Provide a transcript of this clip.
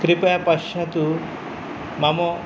कृपया पश्यतु मम